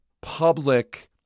public